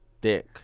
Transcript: dick